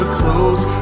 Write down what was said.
close